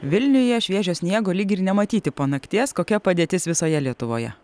vilniuje šviežio sniego lyg ir nematyti po nakties kokia padėtis visoje lietuvoje